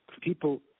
people